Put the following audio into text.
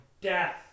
death